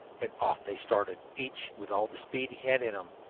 and off they started, each with all the speed he had in him.